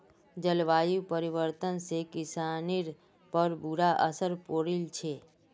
जलवायु परिवर्तन से किसानिर पर बुरा असर पौड़ील छे